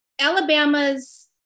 Alabama's